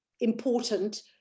important